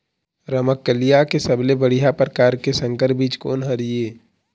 रमकलिया के सबले बढ़िया परकार के संकर बीज कोन हर ये?